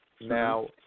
Now